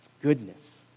goodness